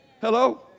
Hello